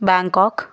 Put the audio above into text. Bangkok